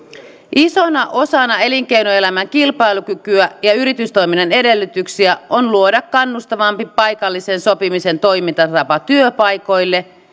isona osana elinkeinoelämän kilpailukykyä ja yritystoiminnan edellytyksiä on luoda kannustavampi paikallisen sopimisen toimintatapa työpaikoille